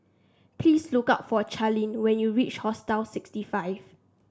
please look up for Charleen when you reach Hostel sixty five